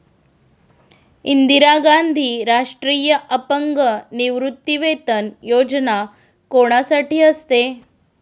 इंदिरा गांधी राष्ट्रीय अपंग निवृत्तीवेतन योजना कोणासाठी असते?